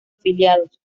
afiliados